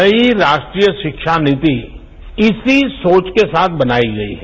नई राष्ट्रीय शिक्षा नीति इसी सोच के साथ बनाई गई है